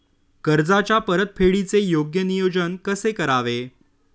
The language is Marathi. कर्जाच्या परतफेडीचे योग्य नियोजन कसे करावे?